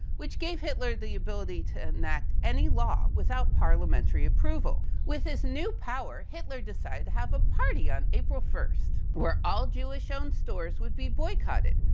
which gave hitler the ability to enact any law, without parliamentary approval. with his new power, hitler decided to have a party on april first, where all jewish owned stores would be boycotted.